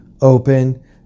open